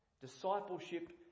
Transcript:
Discipleship